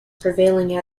prevailing